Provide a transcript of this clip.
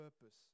purpose